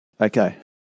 Okay